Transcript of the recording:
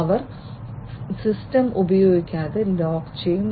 അവർ system ഉപയോഗിക്കാതെ lock ചെയ്യും